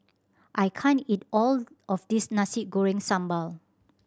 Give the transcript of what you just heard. I can't eat all of this Nasi Goreng Sambal